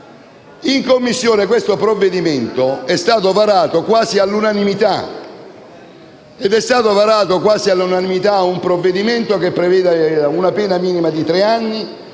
In Commissione questo provvedimento è stato varato quasi all'unanimità, ma si è votato un testo che prevedeva la pena minima di tre anni,